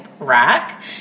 Rack